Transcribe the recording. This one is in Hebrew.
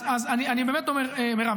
מירב,